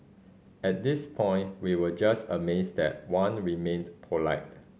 at this point we were just amazed that Wan remained polite